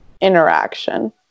interaction